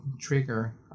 trigger